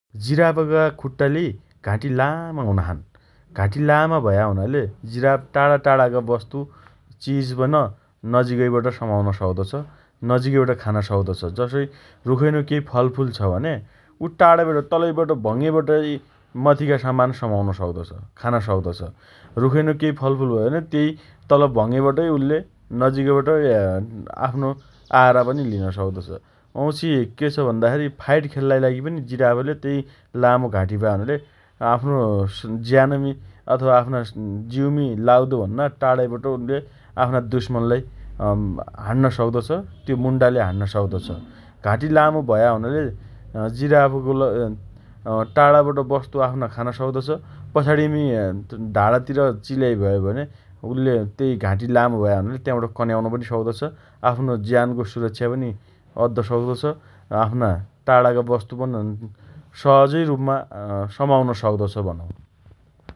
जिराफका खुट्टा लेइ घाँटी लामा हुना छन् । घाँटी लामा भया हुनाले जिराफ टाढा टाढाका वस्तु चिजपन नजिकैबट समाउन सक्तो छ । नजिकैबाट खान सक्तो छ । जसइ रुखइनो केइ फलफूल छ भने उ टाढाबटै तलबाटै भङ्गेबटै मथिका सामान समाउन सक्दोछ । खान सक्दो छ । रुखैनो केइ फलफूल भयो भने तेइ तल भङ्गेबटै उल्ले नजिकबटै अँ आफ्नो आहारा पन लिन सक्तो छ । वाँउछि के छ भन्दा खेरी फाइट खेल्लाइ लागि पनि जिराफले तेइ लामो घाँटी भया हुनाले आफ्नो ज्यानमी अथवा आफ्ना जीउमी लाग्दो भन्ना टाढाइ बाट उल्ले आफ्ना दुश्मनलाई अँ हाँण्न्न सक्तो छ । त्यो मुन्टाले हान्न सक्तो छ । घाँटी लामो भया हुनाले अँ जिराफ अँ जिराफले टाढाबाट वस्तु आफ्ना खान सक्तो छ । पछाणिमी ढाणतिर चिलाइ भयो भने उल्ले तेइ घाँटी लामो भया हुनाले त्याबट कन्याउन पनि सक्तो छ । आफ्नो ज्यानको सुरक्षा पनि अद्द सक्तो छ । आफ्ना टाणाका वस्तु पन सहजै रुपमा अँ समाउन सक्तो छ ।